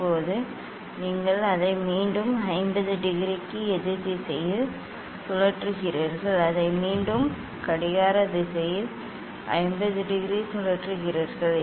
இப்போது நீங்கள் அதை மீண்டும் 50 டிகிரிக்கு எதிரெதிர் திசையில் சுழற்றுகிறீர்கள் அதை மீண்டும் கடிகார திசையில் 50 டிகிரி சுழற்றுகிறீர்கள்